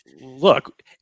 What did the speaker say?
look